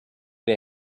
der